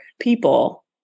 people